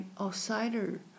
outsider